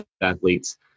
athletes